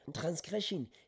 transgression